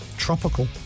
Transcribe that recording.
tropical